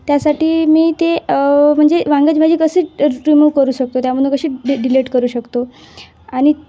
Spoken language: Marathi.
त्यासाठी मी ते म्हणजे वांग्याची भाजी कशी रिमूव करू शकतो त्यामधून कशी डिलेट करू शकतो आणि